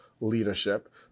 leadership